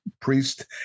Priest